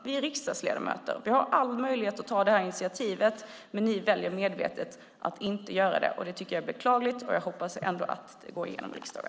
Vi är riksdagsledamöter. Vi har all möjlighet att ta detta initiativ, men ni väljer medvetet att inte göra det. Det tycker jag är beklagligt, och jag hoppas ändå att det går igenom i riksdagen.